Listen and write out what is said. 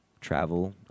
travel –